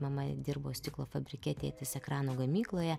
mama dirbo stiklo fabrike tėtis ekrano gamykloje